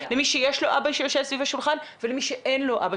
למי שיש לו אבא שיושב סביב השולחן ולמי שאין לו אבא